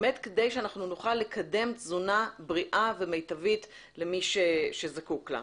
באמת כדי שאנחנו נוכל לקדם תזונה בריאה ומיטבית למי שזקוק לה.